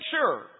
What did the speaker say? sure